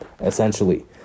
essentially